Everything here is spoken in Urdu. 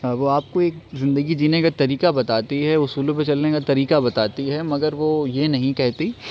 وہ آپ کو ایک زندگی جینے کا طریقہ بتاتی ہے اصولوں پہ چلنے کا طریقہ بتاتی ہے مگر وہ یہ نہیں کہتی